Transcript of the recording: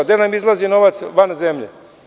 Gde nam izlazi novac van zemlje?